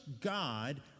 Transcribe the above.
God